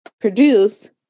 produce